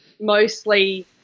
mostly